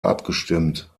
abgestimmt